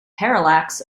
parallax